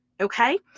Okay